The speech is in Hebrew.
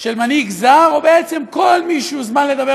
של מנהיג זר או בעצם כל מי שהוזמן לדבר